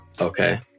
Okay